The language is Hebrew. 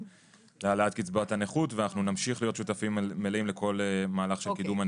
להעלאת קצבאות הנכות ונמשיך להיות שותפים מלאים לכל מהלך של קידום זה.